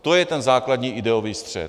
To je ten základní ideový střet.